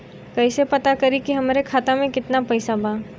कइसे पता करि कि हमरे खाता मे कितना पैसा बा?